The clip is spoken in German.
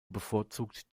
bevorzugt